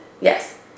Yes